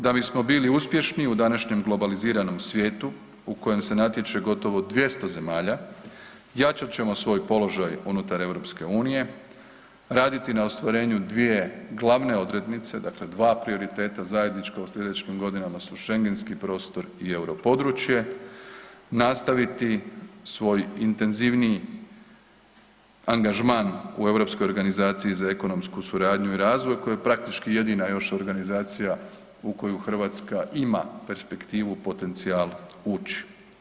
Da bismo bili uspješni u današnjem globaliziranom svijetu u kojem se natječe gotovo 200 zemalja, jačat ćemo svoj položaj unutar EU, raditi na ostvarenju dvije glavne odrednice, dakle 2 prioriteta zajedničko u slijedećim godinama su šengenski prostor i europodručje, nastaviti svoj intenzivniji angažman u Europskoj organizaciji za ekonomsku suradnju i razvoj koja je praktički jedina još organizacija u koju Hrvatska ima perspektivu potencijal ući.